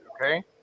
okay